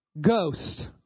ghost